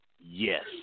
yes